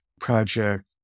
project